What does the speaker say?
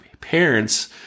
parents